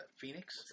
Phoenix